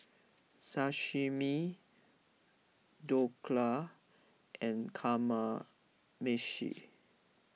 Sashimi Dhokla and Kamameshi